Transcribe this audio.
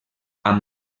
amb